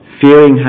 Fearing